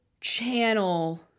channel